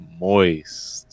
moist